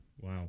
Wow